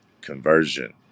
conversion